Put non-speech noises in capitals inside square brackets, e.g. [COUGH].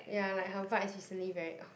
ya like her vibes is really very [NOISE]